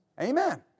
Amen